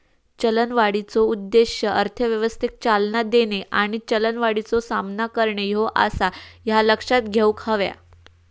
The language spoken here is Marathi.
चलनवाढीचो उद्देश अर्थव्यवस्थेक चालना देणे आणि चलनवाढीचो सामना करणे ह्यो आसा, ह्या लक्षात घेऊक हव्या